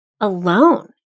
alone